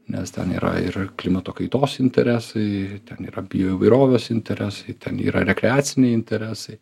nes ten yra ir klimato kaitos interesai ten yra bioįvairovės interesai ten yra rekreaciniai interesai